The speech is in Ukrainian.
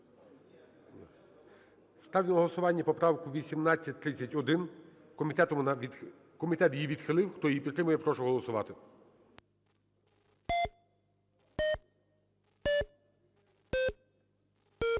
ставлю на голосування поправку 1830. Комітетом вона є відхилена. Хто її підтримує, я прошу голосувати.